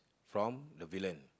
from the villain